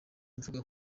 mvuga